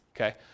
Okay